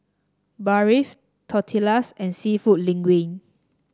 Barfi Tortillas and seafood Linguine